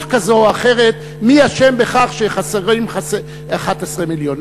כזו או אחרת מי אשם בכך שחסרים 11 מיליון.